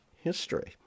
history